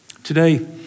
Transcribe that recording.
Today